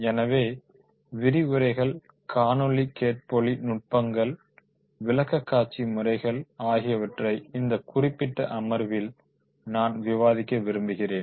எனவே விரிவுரைகள் காணொளி கேட்பொலி நுட்பங்கள் விளக்க காட்சி முறைகள் ஆகியவற்றை இந்த குறிப்பிட்ட அமர்வில் நான் விவாதிக்க போகிறேன்